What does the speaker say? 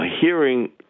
hearing